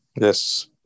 Yes